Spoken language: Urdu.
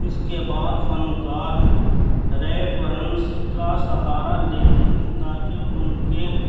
اس کے بعد فنکار ریفرنس کا سہارا لیتے ہیں تا کہ ان کے